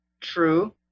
True